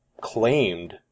claimed